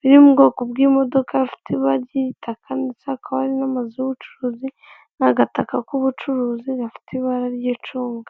kiri mu mabara y'umukara umupolisi wambaye iniforume yanditseho Rwanda police ndetse arimo arareba umusore wambaye ingofero y'umukara igikapu mu mugongo n'agapira karimo amabara agiye atandukanye .